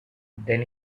then